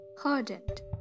hardened